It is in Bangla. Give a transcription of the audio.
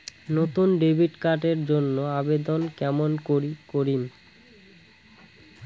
নতুন ডেবিট কার্ড এর জন্যে আবেদন কেমন করি করিম?